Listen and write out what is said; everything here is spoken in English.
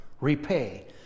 repay